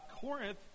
Corinth